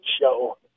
show